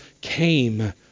came